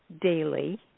daily